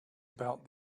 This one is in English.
about